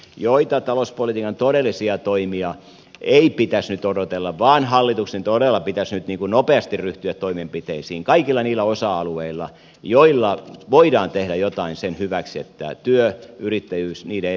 talouspolitiikan todellisia toimia ei pitäisi nyt odotella vaan hallituksen todella pitäisi nyt nopeasti ryhtyä toimenpiteisiin kaikilla niillä osa alueilla joilla voidaan tehdä jotain sen hyväksi että työ yrittäjyys ja niiden edellytykset suomessa säilyisivät